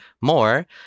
more